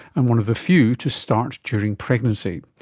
and one of the few to start during pregnancy.